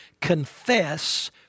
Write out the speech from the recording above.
confess